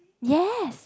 yes